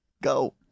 go